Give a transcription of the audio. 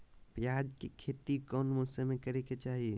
प्याज के खेती कौन मौसम में करे के चाही?